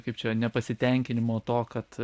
kaip čia nepasitenkinimo to kad